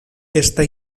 esta